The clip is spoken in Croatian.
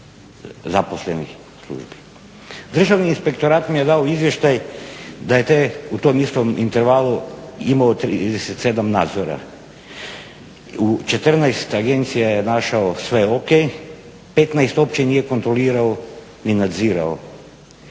Državni inspektorat mi je dao izvještaj da je u tom istom intervalu imao 37 nadzora. U 14 agencija je našao sve o.k. 15 uopće nije kontrolirao ni nadzirao,